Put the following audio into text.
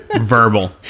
Verbal